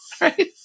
right